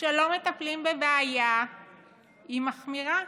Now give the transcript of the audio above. כשלא מטפלים בבעיה היא מחמירה,